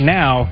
now